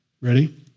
Ready